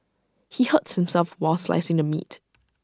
he hurt himself while slicing the meat